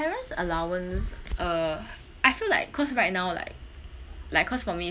parents' allowance uh I feel like cause right now like like cause for me